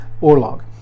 Orlog